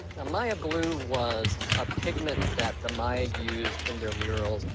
the maya blue was a pigment that the maya used in their murals,